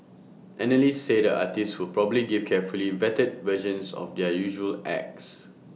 analysts say the artists will probably give carefully vetted versions of their usual acts